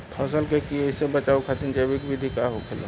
फसल के कियेसे बचाव खातिन जैविक विधि का होखेला?